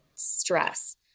stress